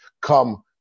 come